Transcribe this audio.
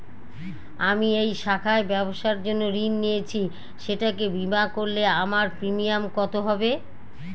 আমি এই শাখায় ব্যবসার জন্য ঋণ নিয়েছি সেটাকে বিমা করলে আমার প্রিমিয়াম কত হবে?